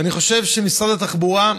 ואני חושב שמשרד התחבורה,